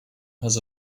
has